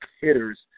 hitters